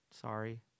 Sorry